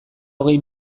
hogei